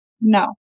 no